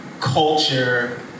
culture